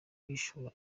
guhishura